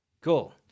Cool